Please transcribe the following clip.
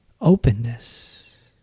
openness